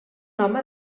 home